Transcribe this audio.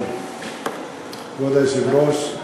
כבוד היושב-ראש,